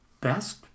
best